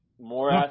More